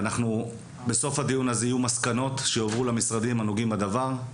ובסוף הדיון יהיו מסקנות שיועברו למשרדים הנוגעים בדבר,